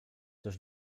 też